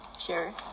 sure